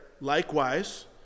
likewise